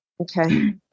Okay